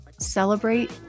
Celebrate